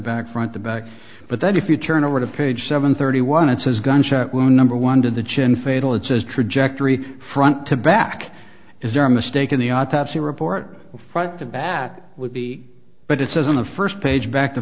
back front the back but then if you turn over to page seven thirty one it says gunshot wound number one to the chin fatal it says trajectory front to back is there a mistake in the autopsy report front to back would be but it says on the first page back to